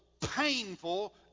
painful